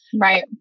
Right